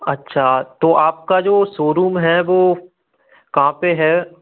अच्छा तो आपका जो शोरूम है वह कहाँ पर है